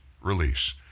release